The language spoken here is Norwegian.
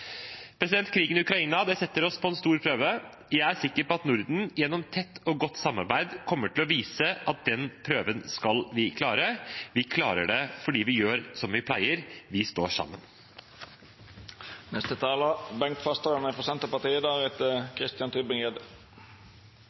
Krigen i Ukraina setter oss på en stor prøve. Jeg er sikker på at Norden gjennom tett og godt samarbeid kommer til å vise at den prøven skal vi klare. Vi klarer det fordi vi gjør som vi pleier, vi står sammen. Jeg vil takke for redegjørelsen fra